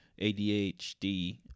ADHD